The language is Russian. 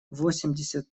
восемьдесят